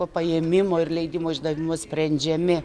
po paėmimo ir leidimo išdavimo sprendžiami